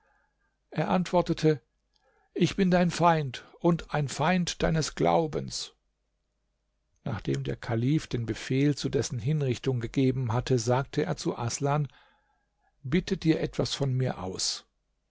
er antwortete ich bin dein feind und ein feind deines glaubens nachdem der kalif den befehl zu dessen hinrichtung gegeben hatte sagte er zu aßlan bitte dir etwas von mir aus